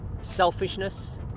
selfishness